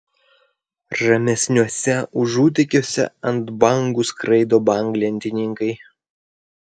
ramesniuose užutekiuose ant bangų skraido banglentininkai